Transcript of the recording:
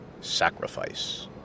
Sacrifice